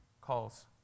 calls